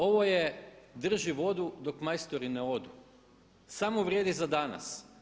Ovo je drži vodu dok majstori ne odu, samo vrijedi za danas.